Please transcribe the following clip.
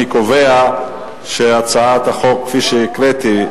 אני קובע שהצעת החוק כפי שהקראתי,